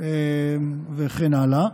וכן הלאה,